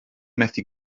methu